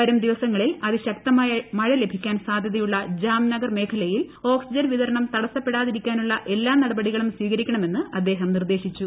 വരുംദിവസങ്ങളിൽ അതിശക്തമായ മഴ ലഭിക്കാൻ സാധ്യതയുള്ള ജാംനഗർ മേഖലയിൽ ഓക്സിജൻ വിതരണം തടസ്സപ്പെടാതിരിക്കാനുള്ള എല്ലാ നടപടികളും സ്വീകരിക്കണമെന്നും അദ്ദേഹം നിർദ്ദേശിച്ചു